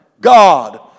God